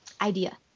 idea